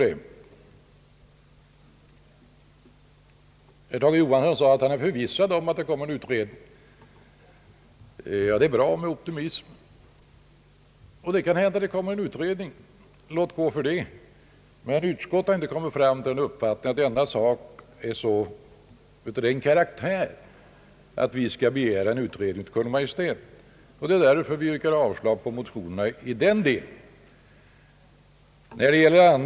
Herr Tage Johansson sade att han är förvissad om att det kommer en utredning. Det är bra med optimism, och låt gå för att en utredning kommer till stånd. Utskottet har emellertid inte kommit till den uppfattningen att denna sak är av den karaktär att riksdagen hos Kungl. Maj:t skall begära en sådan utredning. Därför yrkar utskottsmajoriteten avslag på motionerna i den delen.